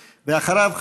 ואחריו,